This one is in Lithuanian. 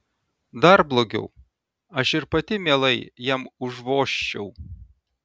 dar blogiau aš ir pati mielai jam užvožčiau